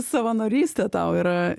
savanorystė tau yra